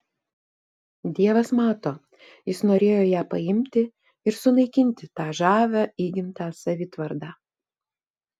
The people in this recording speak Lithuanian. dievas mato jis norėjo ją paimti ir sunaikinti tą žavią įgimtą savitvardą